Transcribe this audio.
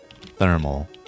Thermal